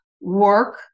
work